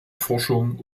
forschung